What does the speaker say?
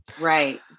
right